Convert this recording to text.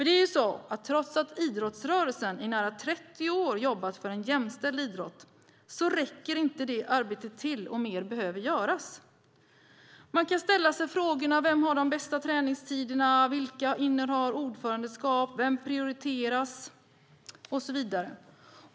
Det är ju så att trots att idrottsrörelsen i nära 30 år har jobbat för en jämställd idrott räcker inte det arbetet till. Mer behöver göras. Man kan ställa sig några frågor. Vem har de bästa träningstiderna? Vilka innehar ordförandeskap? Vem prioriteras?